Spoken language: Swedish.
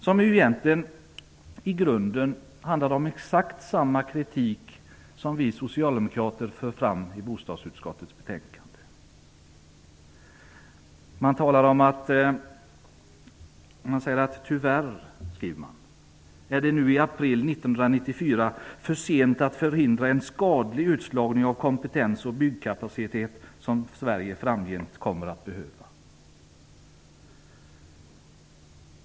Den handlar egentligen i grunden om exakt samma kritik som vi socialdemokrater för fram i bostadsutskottets betänkande. Tyvärr, skriver man, är det nu i april 1994 för sent att förhindra en skadlig utslagning av kompetens och byggkapacitet som Sverige framgent kommer att behöva.